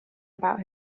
about